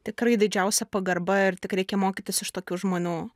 tikrai didžiausia pagarba ir tik reikia mokytis iš tokių žmonių